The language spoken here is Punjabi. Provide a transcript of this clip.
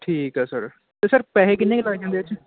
ਠੀਕ ਆ ਸਰ ਅਤੇ ਸਰ ਪੈਸੇ ਕਿੰਨੇ ਕੁ ਲੱਗ ਜਾਂਦੇ